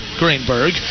Greenberg